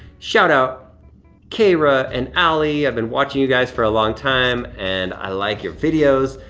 shout-out keira and ali, i've been watching you guys for a long time and i like your videos.